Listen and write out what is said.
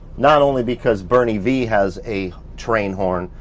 not only because bernie v has a train horn,